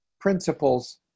principles